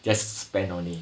just spend only